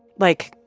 like,